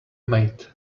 maid